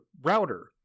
router